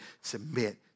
submit